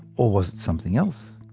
or was it something else?